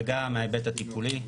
וגם מההיבט הטיפולי.